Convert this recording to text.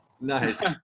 Nice